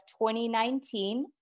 2019